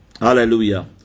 Hallelujah